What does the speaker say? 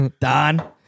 Don